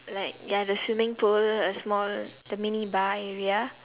like ya the swimming pool a small the mini bar area